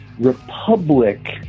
Republic